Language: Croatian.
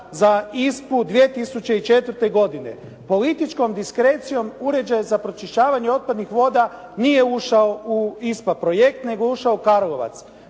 za ISPA-u 2004. godine. političkom diskrecijom uređaj za pročišćavanje otpadnih voda nije ušao u ISPA projekt, nego je ušao u Karlovac.